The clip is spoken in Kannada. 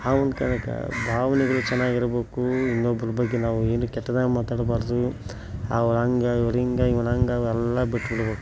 ಆ ಒಂದು ಕಾರಣಕ್ಕೆ ಭಾವ್ನೆಗಳು ಚೆನ್ನಾಗಿರ್ಬೇಕು ಇನ್ನೊಬ್ಬರ ಬಗ್ಗೆ ನಾವು ಏನು ಕೆಟ್ಟದಾಗಿ ಮಾತಾಡಬಾರ್ದು ಅವರಂಗೆ ಇವರಂಗೆ ಇವನಂಗೆ ಅವೆಲ್ಲ ಬಿಟ್ಬಿಡ್ಬೇಕು